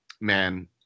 man